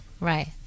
Right